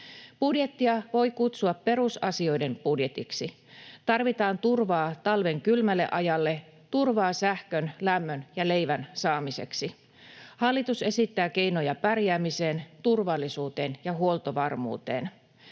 Budjettia voi kutsua perusasioiden budjetiksi. Tarvitaan turvaa talven kylmälle ajalle, turvaa sähkön, lämmön ja leivän saamiseksi. Hallitus esittää keinoja pärjäämiseen, turvallisuuteen ja huoltovarmuuteen.